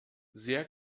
sehr